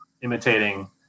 imitating